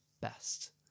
best